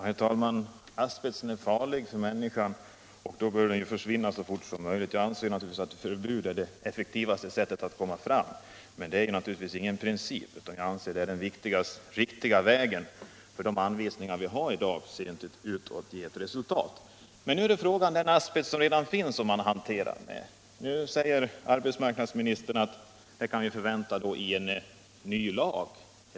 Herr talman! Asbesten är farlig för människan, och därför bör den stoppas så snart som möjligt. Jag anser naturligtvis att ett förbud är det effektivaste sättet att åstadkomma detta, men det är inget principiellt krav utan jag anser att ett förbud är den riktiga vägen med hänsyn till att de anvisningar vi i dag har inte ser ut att ge något resultat. Men vad gäller hanteringen av den asbest som redan finns säger arbetsmarknadsministern att man eventuellt kan förvänta en ny lag.